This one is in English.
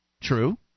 True